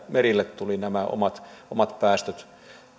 merille tulivat nämä omat omat päästöt